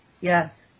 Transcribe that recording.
Yes